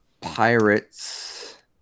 Pirates